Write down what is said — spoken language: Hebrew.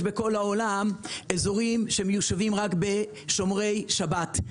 בכל העולם אזורים שמיושבים רק בשומרי שבת.